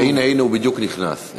הנה, הנה, הוא בדיוק נכנס.